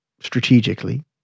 strategically